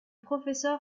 professeur